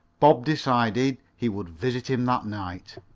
bob decided he would visit him that night.